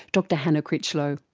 dr hannah critchlow.